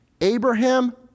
Abraham